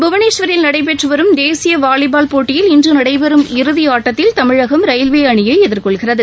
புவனேஸ்வரில் நடைபெற்றுவரும் தேசியவாலிபால் போட்டியில் இன்றுநடைபெறும் இறுதிஆட்டத்தில் தமிழகம் ரயில்வேஅணியைஎதிர்கொள்கிறது